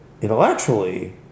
intellectually